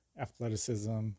athleticism